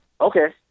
Okay